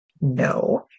No